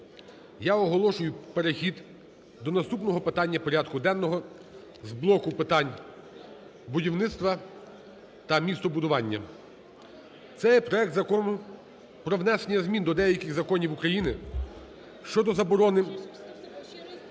я оголошую перехід до наступного питання порядку денного з блоку питань будівництва та містобудування. Це проект Закону про внесення змін до деяких законів України щодо заборони…